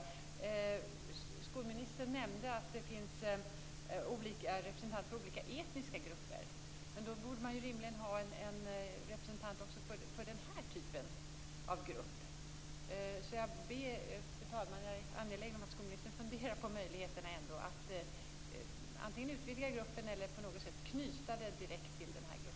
Skolministern nämnde att det finns representanter för olika etniska grupper. Då borde det rimligen också finnas en representant för den här typen av grupp. Fru talman! Jag är angelägen om att skolministern ändå funderar på möjligheten att antingen utvidga gruppen eller att på något sätt knyta den direkt till den här gruppen.